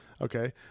okay